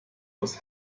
aus